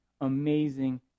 amazing